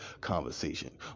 conversation